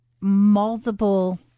multiple